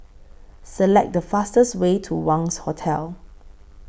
Select The fastest Way to Wangz Hotel